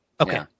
okay